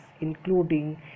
including